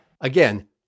Again